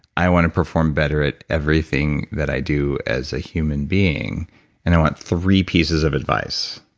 i want to perform better at everything that i do as a human being and i want three pieces of advice,